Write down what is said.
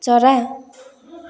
चरा